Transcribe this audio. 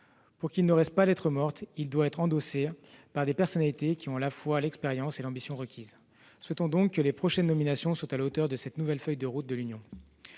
Pour qu'il ne reste pas lettre morte, il doit être endossé par des personnalités qui ont à la fois l'expérience et l'ambition requises. Souhaitons donc que les prochaines nominations soient à la hauteur de cette nouvelle feuille de route de l'Union.